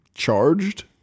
charged